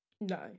no